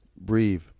breathe